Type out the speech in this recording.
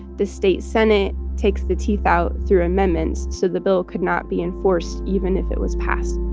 the state senate takes the teeth out through amendments so the bill could not be enforced even if it was passed.